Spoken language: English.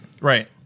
Right